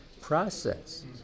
process